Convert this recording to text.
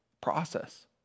process